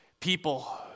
people